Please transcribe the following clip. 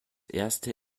erste